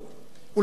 ולסיום.